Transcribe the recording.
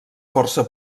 força